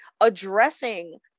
addressing